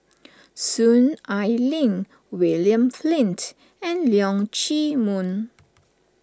Soon Ai Ling William Flint and Leong Chee Mun